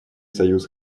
союз